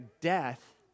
death